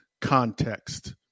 context